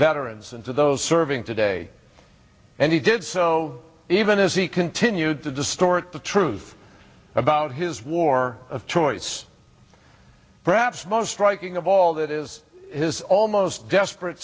veterans and to those serving today and he did so even as he continued to distort the truth about his war of choice perhaps most striking of all that is his almost desperate